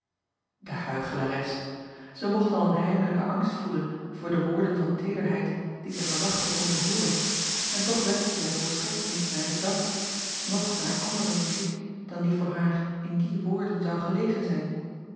e huichelares ij mocht al een heimelijke angst voelen voor de woorden van teederheid die zij verwachten kon te hooren en toch wenschte zij volstrekt niet naar den dans noch naar andere muziek dan die voor haar in die acob van ennep laasje evenster delen woorden zou gelegen zijn